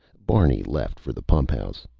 barney left for the pumphouse.